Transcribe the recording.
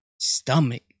stomach